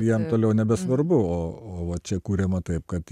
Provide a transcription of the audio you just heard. jam toliau nebesvarbu o čia kuriama taip kad